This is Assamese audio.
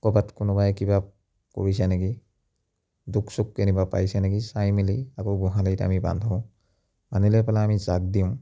ক'ৰবাত কোনোবাই কিবা কৰিছে নেকি দুখ চুখ কেনিবা পাইছে নেকি চাই মেলি আকৌ গোহালিত আমি বান্ধোঁ বান্ধি লৈ পেলাই আমি যাগ দিওঁ